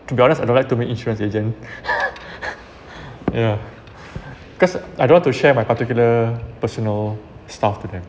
to be honest I don't like to meet insurance agent ya cause I don't want to share my particular personal stuff with them